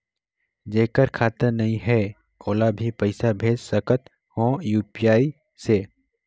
जेकर खाता नहीं है ओला भी पइसा भेज सकत हो यू.पी.आई से?